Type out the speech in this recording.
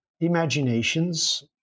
imaginations